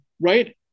right